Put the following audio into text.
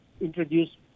introduce